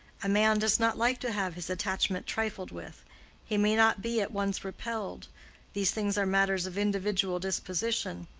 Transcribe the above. a man does not like to have his attachment trifled with he may not be at once repelled these things are matters of individual disposition.